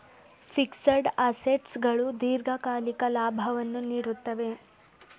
fixed assets ಗಳು ದೀರ್ಘಕಾಲಿಕ ಲಾಭವನ್ನು ನೀಡುತ್ತದೆ